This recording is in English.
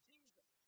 Jesus